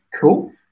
cool